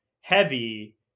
heavy